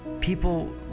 people